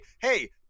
hey